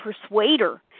persuader